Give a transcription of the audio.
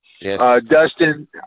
Dustin